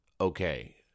Okay